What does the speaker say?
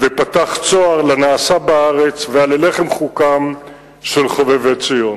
פתח צוהר לנעשה בארץ והיה ללחם חוקם של חובבי-ציון.